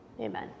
Amen